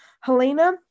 Helena